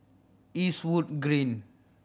Eastwood Green